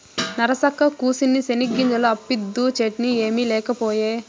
నరసక్కా, కూసిన్ని చెనిగ్గింజలు అప్పిద్దూ, చట్నీ ఏమి లేకపాయే